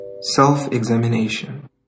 Self-examination